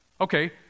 Okay